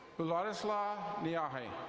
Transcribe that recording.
larislaw neeyahay.